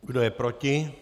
Kdo je proti?